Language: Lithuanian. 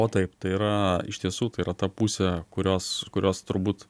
o taip tai yra iš tiesų tai yra ta pusė kurios kurios turbūt